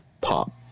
pop